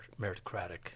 meritocratic